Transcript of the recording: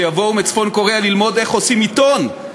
שיבואו מצפון-קוריאה ללמוד איך עושים עיתון.